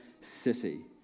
city